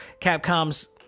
Capcom's